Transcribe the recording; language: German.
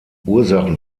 ursachen